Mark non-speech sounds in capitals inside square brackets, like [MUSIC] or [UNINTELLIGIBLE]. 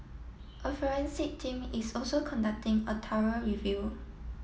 a forensic team is also conducting a [UNINTELLIGIBLE] review